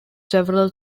several